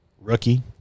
rookie